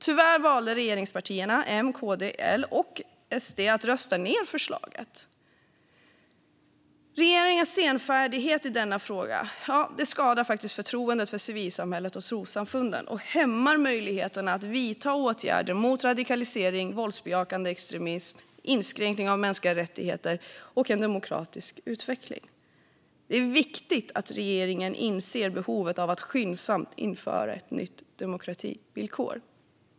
Tyvärr valde regeringspartierna M, KD och L samt SD att rösta ned förslaget. Regeringens senfärdighet i denna fråga skadar förtroendet för civilsamhället och trossamfunden och hämmar möjligheterna att vidta åtgärder mot radikalisering, våldsbejakande extremism och inskränkningar av mänskliga rättigheter samt möjligheterna till en demokratisk utveckling. Det är viktigt att regeringen inser behovet av att skyndsamt införa ett nytt demokrativillkor.